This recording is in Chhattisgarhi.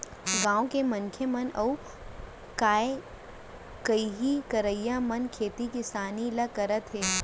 गॉंव के मनसे मन अउ काय करहीं करइया मन खेती किसानी ल करत हें